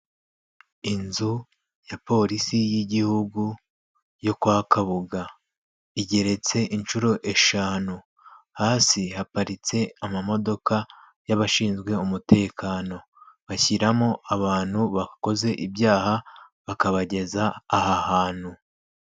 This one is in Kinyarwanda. Inzu ya polisi y'igihugu yo kwa Kabuga, igereretse inshuro eshanu, hasi haparitse amamodoka y'abashinzwe umutekano bashyiramo abantu bakoze ibyaha bakabageza aha hantu.